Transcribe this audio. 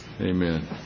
Amen